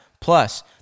Plus